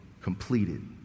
completed